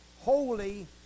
Holy